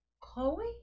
Chloe